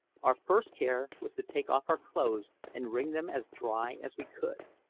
our first care was to take off our clothes and wring them as dry as we could.